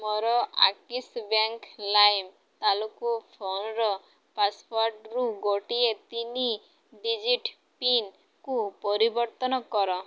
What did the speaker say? ମୋର Axis bank ଲାଇମ୍ ତାଲାକୁ ଫୋନ୍ର ପାସୱାର୍ଡ଼ରୁ ଗୋଟିଏ ତିନି ଡିଜିଟ୍ ପିନ୍କୁ ପରିବର୍ତ୍ତନ କର